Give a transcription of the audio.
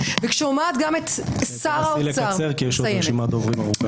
ושומעת גם את שר האוצר- - נסי לקצר כי יש רשימת דוברים ארוכה.